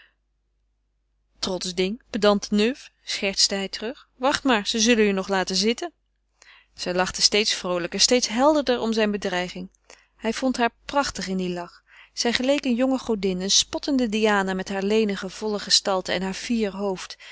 trotsch ding pedante nuf schertste hij terug wacht maar ze zullen je nog laten zitten zij lachte steeds vroolijker steeds helderder om zijne bedreiging hij vond haar prachtig in dien lach zij geleek eene jonge godin eene spottende diana met hare lenige volle gestalte en haar fier hoofd